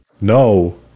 No